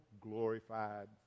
glorified